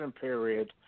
period